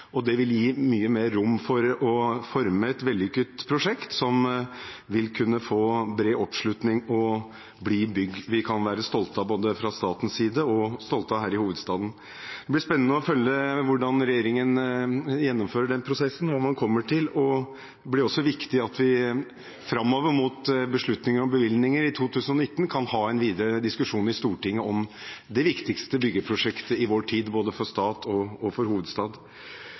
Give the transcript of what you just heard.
Det vil gi mye mer rom for å forme et vellykket prosjekt som vil kunne få bred oppslutning og bli bygg vi kan være stolte av både fra statens og fra hovedstadens side. Det blir spennende å følge med på hvordan regjeringen gjennomfører den prosessen og hva man kommer til. Det blir også viktig at vi, framover mot beslutninger om bevilgninger i 2019, kan ha en videre diskusjon i Stortinget om det viktigste byggeprosjektet i vår tid både for stat og for hovedstad.